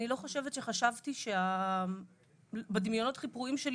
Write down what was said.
אני לא חושבת שחשבתי בדימיונות הכי פרועים שלי